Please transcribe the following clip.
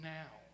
now